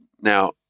Now